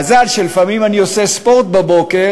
מזל שלפעמים אני עושה ספורט בבוקר,